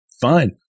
fine